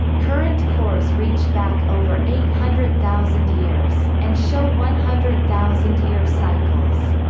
current cores reach back over eight hundred thousand years, and show one hundred thousand year cycles.